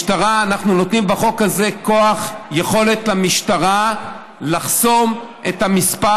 אנחנו נותנים בחוק הזה כוח ויכולת למשטרה לחסום את המספר